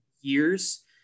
years